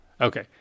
Okay